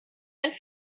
einen